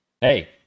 hey